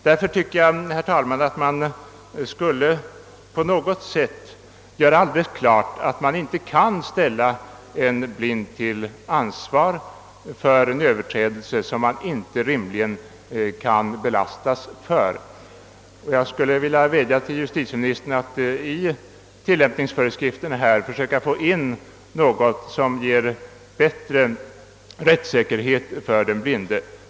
Därför tycker jag, herr talman, att man på något sätt skulle göra alldeles klart att en blind inte kan ställas till ansvar för en överträdelse som han rimligen inte kan lastas för. Jag skulle vilja vädja till justitieministern att i tillämpningsföreskrifterna försöka få in något som ger bättre rättssäkerhet för den blinde.